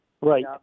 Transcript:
Right